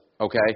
okay